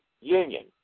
union